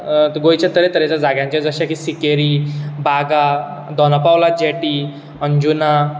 गोंयच्या तरे तरेच्या जाग्यांचें जशें की सिकेरी बागा दोना पावला जॅटी अंजुना